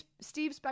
Steve